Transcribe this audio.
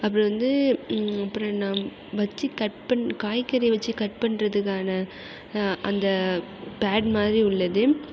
அப்புறம் வந்து அப்புறம் என்ன வச்சு கட் பண் காய்கறியை வச்சு கட் பண்றதுக்கான அந்த பேட் மாதிரி உள்ளது